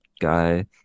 guy